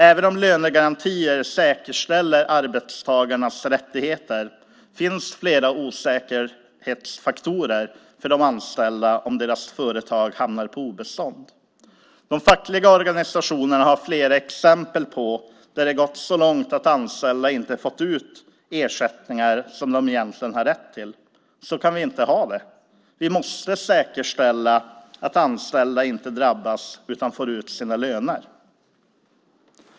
Även om lönegarantier säkerställer arbetstagarnas rättigheter finns det flera osäkerhetsfaktorer för de anställda om deras företag hamnar på obestånd. De fackliga organisationerna har flera exempel på där det gått så långt att anställda inte fått ut de ersättningar som de egentligen har rätt till. Så kan vi inte ha det. Vi måste säkerställa att anställda inte drabbas utan får ut sina löner.